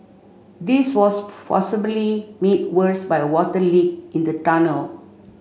this was possibly made worse by a water leak in the tunnel